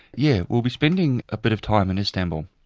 yeah we'll be spending a bit of time in istanbul,